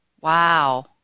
Wow